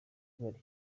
abana